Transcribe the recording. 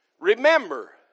Remember